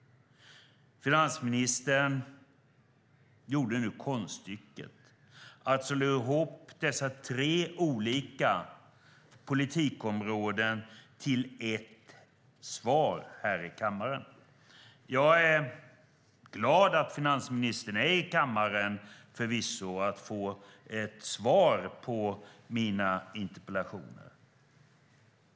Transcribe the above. Finansministern gjorde konststycket att slå ihop dessa tre olika politikområden i ett svar här i kammaren. Jag är glad över att finansministern är i kammaren och förvisso över att få ett svar på mina interpellationer.